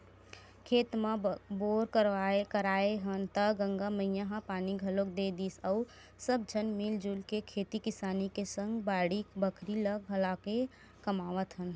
खेत म बोर कराए हन त गंगा मैया ह पानी घलोक दे दिस अउ सब झन मिलजुल के खेती किसानी के सग बाड़ी बखरी ल घलाके कमावत हन